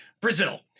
Brazil